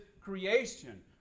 creation